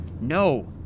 No